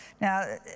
Now